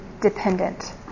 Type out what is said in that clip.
dependent